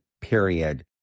Period